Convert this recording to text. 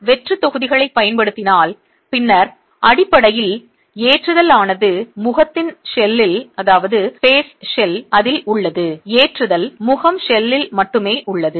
நீங்கள் வெற்றுத் தொகுதிகளைப் பயன்படுத்தினால் பின்னர் அடிப்படையில் ஏற்றுதல் ஆனது முகத்தின் ஷெல்லில் உள்ளது ஏற்றுதல் முகம் ஷெல்லில் மட்டுமே உள்ளது